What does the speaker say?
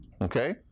Okay